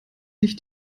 sich